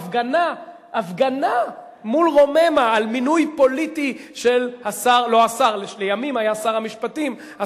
הפגנה מול רוממה על מינוי פוליטי של מי שלימים היה שר המשפטים,